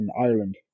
Ireland